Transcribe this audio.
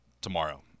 tomorrow